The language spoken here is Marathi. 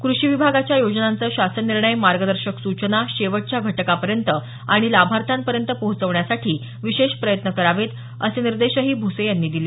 कृषी विभागाच्या योजनांचे शासन निर्णय मार्गदर्शक सूचना शेवटच्या घटकापर्यंत आणि लाभार्थ्यापर्यंत पोहचण्यासाठी विशेष प्रयत्न करावेत असे निर्देशही भ्से यांनी यावेळी दिले